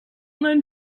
known